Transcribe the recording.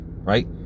right